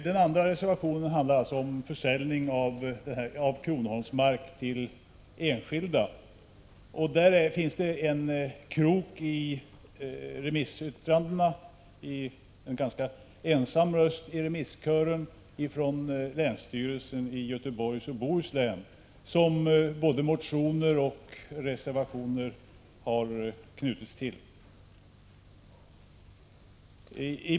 Den andra reservationen handlar om försäljning av kronoholmsmark till enskilda. Där finns det en ”krok” i remissyttrandena, en ganska ensam röst i remisskören. Det är yttrandet från länsstyrelsen i Göteborgs och Bohus län, som både motioner och reservationer har knutits till.